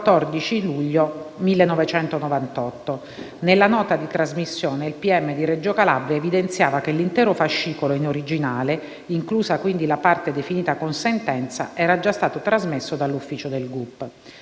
14 luglio 1998 (nella nota di trasmissione, il pubblico ministero di Reggio Calabria evidenziava che l'intero fascicolo in originale, inclusa quindi la parte definita con sentenza, era stato già trasmesso dall'ufficio del